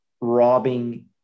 Robbing